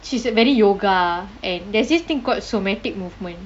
she's a very yoga and there's this thing called somatic movement